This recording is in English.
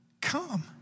come